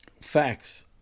Facts